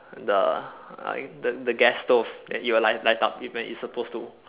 the I the the gas stove then it will light light up even it's supposed to